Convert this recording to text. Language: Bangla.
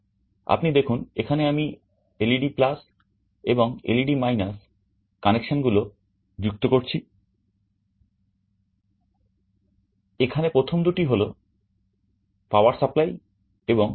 আপনি দেখুন এখানে আমি LED এবং LED কানেকশন গুলি যুক্ত করছি এখানে প্রথম দুটি হল পাওয়ার সাপ্লাই এবং গ্রাউন্ড